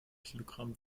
kilogramm